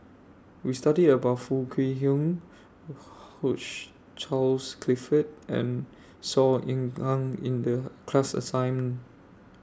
We studied about Foo Kwee Horng Hugh Charles Clifford and Saw Ean Ang in The class assignment